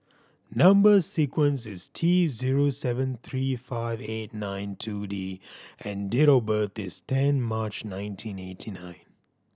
number sequence is T zero seven three five eight nine two D and date of birth is ten March nineteen eighty nine